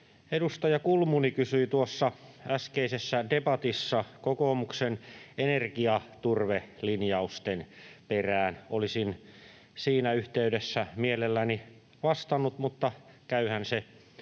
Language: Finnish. Edustaja Kulmuni kysyi tuossa äskeisessä debatissa kokoomuksen energiaturvelinjausten perään. Olisin siinä yhteydessä mielelläni vastannut, mutta käyhän se